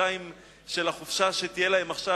בחודשיים של החופשה שתהיה להם עכשיו,